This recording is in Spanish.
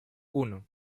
uno